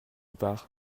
part